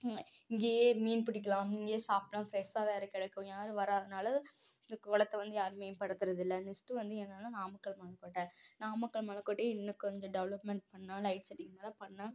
இங்கே இங்கேயே மீன் பிடிக்கலாம் இங்கேயே சாப்பிட்டா ஃப்ரெஷ்ஷாக வேறே கிடைக்கும் யாரும் வராததுனால் இந்த குளத்த வந்து யாரும் மேம்படுத்துறதில்லை நெக்ஸ்டு வந்து என்னன்னா நாமக்கல் மலைக்கோட்ட நாமக்கல் மலைக்கோட்டைய இன்னும் கொஞ்சம் டெவலப்மெண்ட் பண்ணால் லைட் செட்டிங்கெலாம் பண்ணால்